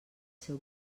seu